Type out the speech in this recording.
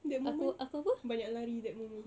that moment banyak lari that moment